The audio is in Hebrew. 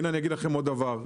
אני אגיד לכם עוד דבר.